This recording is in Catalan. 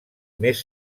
més